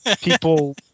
people